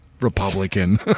Republican